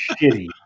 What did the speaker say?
shitty